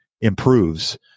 improves